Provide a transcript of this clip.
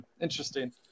Interesting